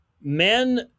men